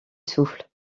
souffle